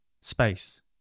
space